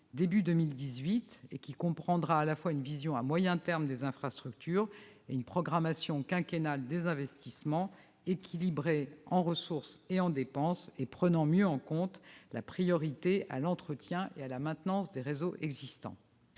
2018 et qui comprendra à la fois une vision à moyen terme des infrastructures et une programmation quinquennale des investissements, équilibrée en ressources et en dépenses et prenant mieux en compte la priorité à l'entretien et à la maintenance des réseaux existants.